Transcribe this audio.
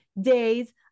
days